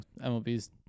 MLB's